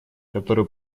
которую